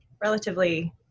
relatively